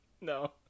No